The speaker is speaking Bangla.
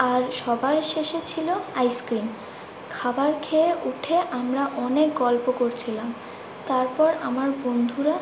আর সবার শেষে ছিলো আইসক্রিম খাবার খেয়ে উঠে আমরা অনেক গল্প করছিলাম তারপর আমার বন্ধুরা